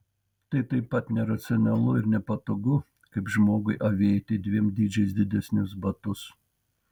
tai taip pat neracionalu ir nepatogu kaip žmogui avėti dviem dydžiais didesnius batus